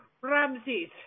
Ramses